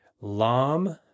Lam